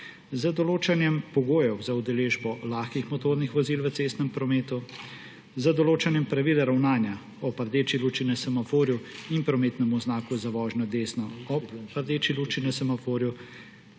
z določanjem pogojev za udeležbo lahkih motornih vozil v cestnem prometu; z določanjem pravil ravnanja ob rdeči luči na semaforju in prometnem znaku za vožnjo desno ob rdeči luči na semaforju